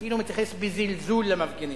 כאילו הוא מתייחס בזלזול למפגינים.